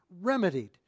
remedied